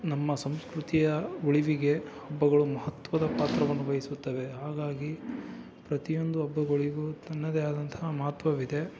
ನಮ್ಮ ಸಂಸ್ಕೃತಿಯ ಉಳಿವಿಗೆ ಹಬ್ಬಗಳು ಮಹತ್ವದ ಪಾತ್ರವನ್ನು ವಹಿಸುತ್ತವೆ ಹಾಗಾಗಿ ಪ್ರತಿಯೊಂದು ಹಬ್ಬಗಳಿಗೂ ತನ್ನದೇ ಆದಂತಹ ಮಹತ್ವವಿದೆ